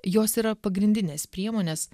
jos yra pagrindinės priemonės